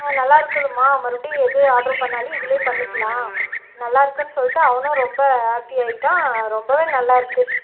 நல்லாயிருக்குது மா மறுபடியும் எது ஆட்ரு பண்ணிணாலும் இதிலே பண்ணிக்கிலாம் நல்லாயிருக்குன்னு சொல்லிட்டு அவனும் ரொம்ப ஹாப்பி ஆயிட்டான் ரொம்பவே நல்லாயிருக்கு